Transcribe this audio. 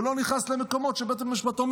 והוא לא נכנס למקומות שבית המשפט אומר,